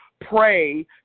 pray